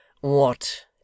What